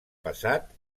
passat